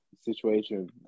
situation